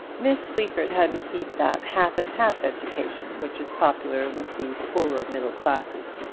miss sleaford had received that half-and-half education which is popular with the poorer middle classes.